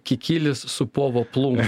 kikilis su povo plunksna